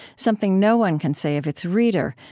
something no one can say of its reader,